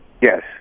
Yes